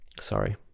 sorry